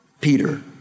Peter